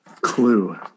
clue